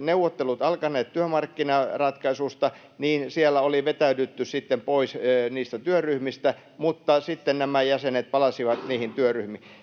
neuvottelut alkaneet työmarkkinaratkaisuista, niin siellä oli vetäydytty pois niistä työryhmistä, mutta sitten nämä jäsenet palasivat niihin työryhmiin.